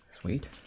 Sweet